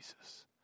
Jesus